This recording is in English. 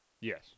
Yes